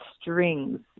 strings